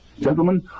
Gentlemen